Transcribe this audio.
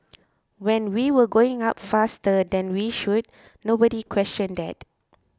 when we were going up faster than we should nobody questioned that